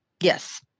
Yes